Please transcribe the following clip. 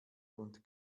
und